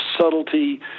subtlety